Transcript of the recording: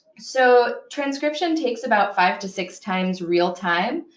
so transcription takes about five to six times real time,